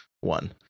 one